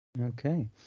Okay